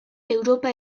europa